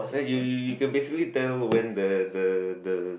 you you you basically tell when the the the